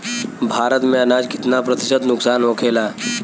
भारत में अनाज कितना प्रतिशत नुकसान होखेला?